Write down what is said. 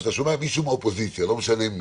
אנחנו בעידן אני לא זוכר משבר כלכלי שדומה לזה בכל ימי